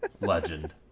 Legend